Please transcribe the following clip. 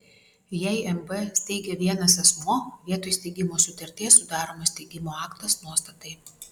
jei mb steigia vienas asmuo vietoj steigimo sutarties sudaromas steigimo aktas nuostatai